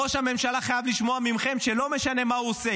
ראש הממשלה חייב לשמוע מכם שלא משנה מה הוא עושה,